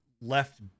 left